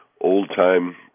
old-time